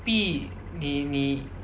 必你你